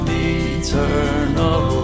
eternal